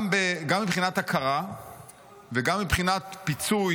גם מבחינת הכרה וגם מבחינת פיצוי,